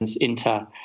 Inter